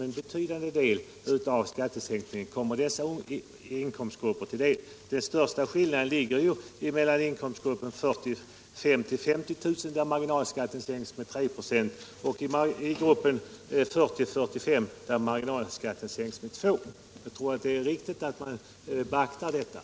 En betydande del av skattesänkningen kommer dessa inkomstgrupper till del. Den största skillnaden ligger mellan inkomstgruppen 45 000-50 000 kr., där marginalskatten sänks med 3 96, och inkomstgruppen 40 000-45 000 kr., där marginalskatten sänks med 2 8. Detta är innebörden i regeringens förslag, och det bör man beakta.